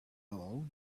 ball